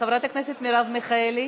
חברת הכנסת מרב מיכאלי,